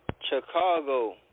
Chicago